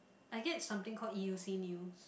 I get something call e_u_c news